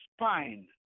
spine